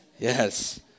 Yes